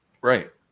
right